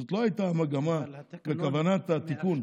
זאת לא הייתה המגמה וכוונת התיקון.